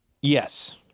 Yes